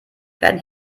werden